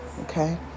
Okay